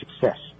success